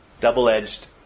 double-edged